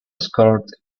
scored